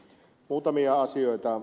muutamia asioita